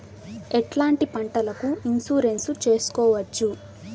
ఎట్లాంటి పంటలకు ఇన్సూరెన్సు చేసుకోవచ్చు?